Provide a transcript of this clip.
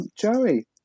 Joey